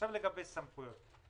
עכשיו לגבי סמכויות.